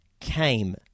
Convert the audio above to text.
came